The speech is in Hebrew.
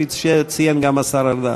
כפי שציין גם השר ארדן.